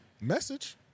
Message